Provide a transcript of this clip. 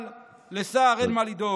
אבל לסער אין מה לדאוג,